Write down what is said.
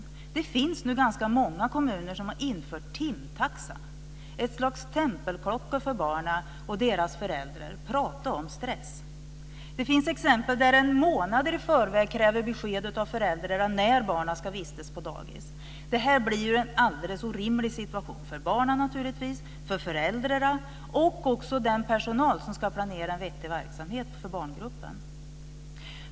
Det finns nu ganska många kommuner som infört timtaxa, ett slags stämpelklocka för barnen och deras föräldrar. Tala om stress! Det finns exempel där man månader i förväg kräver besked av föräldrarna om när barnen ska vistas på dagis. Det här blir en alldeles orimlig situation för barnen, för föräldrarna och för den personal som ska planera en vettig verksamhet för barngruppen.